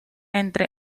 entre